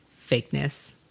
fakeness